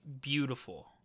beautiful